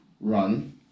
run